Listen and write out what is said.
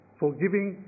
forgiving